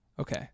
okay